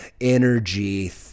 energy